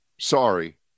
Sorry